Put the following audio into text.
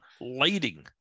lighting